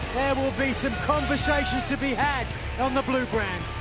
will be some conversations to be had on the blue brand.